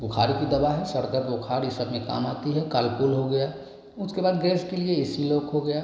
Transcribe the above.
बुखार की दवा है सर दर्द बुखार ये सब में काम आती है कालपूल हो गया उसके बाद गैस के लिए एसीलॉक हो गया